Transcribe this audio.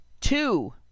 two